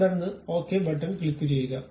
തുടർന്ന് ഈ okay button ക്ലിക്കുചെയ്യുക